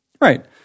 Right